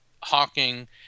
Hawking